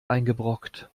eingebrockt